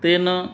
तेन